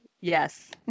Yes